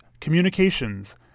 communications